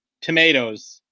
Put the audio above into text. Tomatoes